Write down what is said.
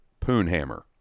Poonhammer